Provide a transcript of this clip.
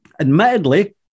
admittedly